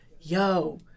yo